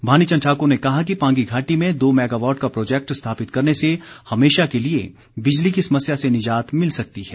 भानी चंद ठाकुर ने कहा कि पांगी घाटी में दो मैगावॉट का प्रोजेक्ट स्थापित करने से हमेशा के लिए बिजली की समस्या से निजात मिल सकती है